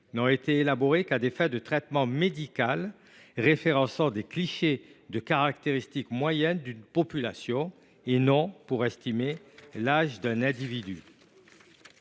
n’ont été élaborées qu’à des fins de traitement médical et de référencement des caractéristiques moyennes d’une population, et non pour estimer l’âge d’un individu.